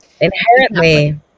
inherently